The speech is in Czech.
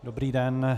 Dobrý den.